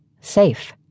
Safe